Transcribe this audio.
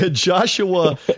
joshua